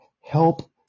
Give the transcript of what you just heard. help